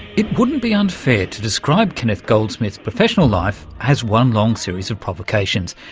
it wouldn't be unfair to describe kenneth goldsmith's professional life as one long series of provocations.